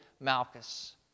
Malchus